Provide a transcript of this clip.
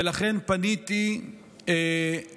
ולכן פניתי אתמול